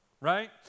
Right